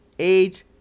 age